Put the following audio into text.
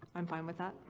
i'm fine with that.